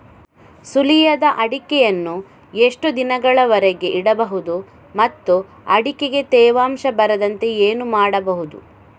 ಸುಲಿಯದ ಅಡಿಕೆಯನ್ನು ಎಷ್ಟು ದಿನಗಳವರೆಗೆ ಇಡಬಹುದು ಮತ್ತು ಅಡಿಕೆಗೆ ತೇವಾಂಶ ಬರದಂತೆ ಏನು ಮಾಡಬಹುದು?